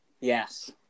Yes